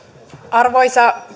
arvoisa